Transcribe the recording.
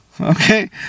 okay